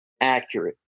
accurate